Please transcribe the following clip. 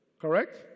correct